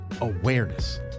awareness